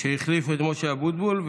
שהחליף את משה אבוטבול,